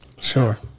Sure